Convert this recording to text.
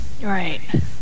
right